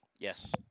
Yes